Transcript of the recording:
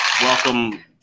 Welcome